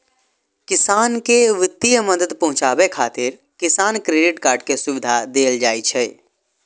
किसान कें वित्तीय मदद पहुंचाबै खातिर किसान क्रेडिट कार्ड के सुविधा देल जाइ छै